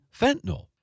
fentanyl